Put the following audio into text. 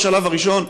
בשלב הראשון,